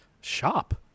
Shop